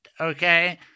okay